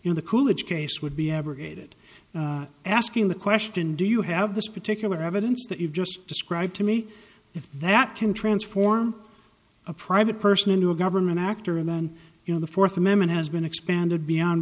you know the coolidge case would be abrogated asking the question do you have this particular evidence that you've just described to me if that can transform a private person into a government actor and then you know the fourth amendment has been expanded beyond